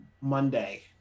Monday